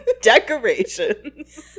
decorations